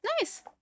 nice